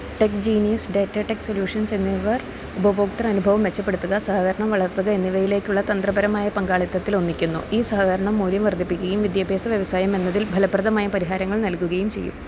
tech Genius Datatech Solutions എന്നിവ ഉപഭോക്തൃ അനുഭവം മെച്ചപ്പെടുത്തുക സഹകരണം വളർത്തുക എന്നിവയിലേക്കുള്ള തന്ത്രപരമായ പങ്കാളിത്തത്തിലൊന്നിക്കുന്നു ഈ സഹകരണം മൂല്യം വർദ്ധിപ്പിക്കുകയും വിദ്യാഭ്യാസ വ്യവസായം എന്നതിൽ ഫലപ്രദമായ പരിഹാരങ്ങൾ നൽകുകയും ചെയ്യും